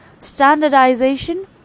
standardization